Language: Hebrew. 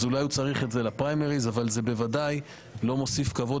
אז אולי הוא צריך את זה לפריימריז אבל זה ודאי לא מוסיף כבוד